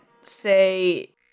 say